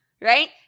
Right